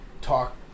talk